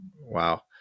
Wow